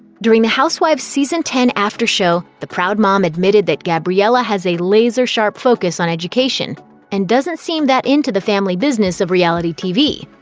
during the housewives housewives season ten after show, the proud mom admitted that gabriella has a laser-sharp focus on education and doesn't seem that into the family business of reality tv.